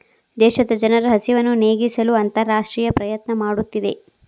ದೇಶದ ಜನರ ಹಸಿವನ್ನು ನೇಗಿಸಲು ಅಂತರರಾಷ್ಟ್ರೇಯ ಪ್ರಯತ್ನ ಮಾಡುತ್ತಿದೆ